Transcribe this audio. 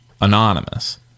Anonymous